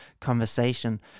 conversation